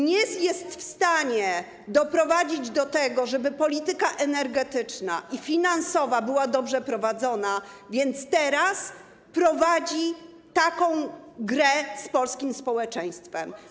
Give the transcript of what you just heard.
Nie jest wstanie doprowadzić do tego, żeby polityka energetyczna i finansowa były dobrze prowadzone, więc prowadzi grę z Polskim społeczeństwem.